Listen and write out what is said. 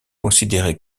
considéré